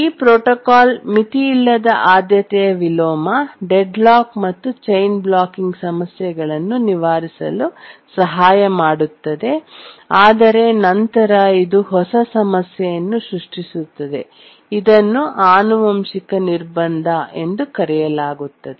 ಈ ಪ್ರೋಟೋಕಾಲ್ ಮಿತಿಯಿಲ್ಲದ ಆದ್ಯತೆಯ ವಿಲೋಮ ಡೆಡ್ಲಾಕ್ ಮತ್ತು ಚೈನ್ ಬ್ಲಾಕಿಂಗ್ ಸಮಸ್ಯೆಗಳನ್ನು ನಿವಾರಿಸಲು ಸಹಾಯ ಮಾಡುತ್ತದೆ ಆದರೆ ನಂತರ ಇದು ಹೊಸ ಸಮಸ್ಯೆಯನ್ನು ಸೃಷ್ಟಿಸುತ್ತದೆ ಇದನ್ನು ಆನುವಂಶಿಕ ನಿರ್ಬಂಧ ಎಂದು ಕರೆಯಲಾಗುತ್ತದೆ